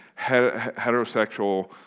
heterosexual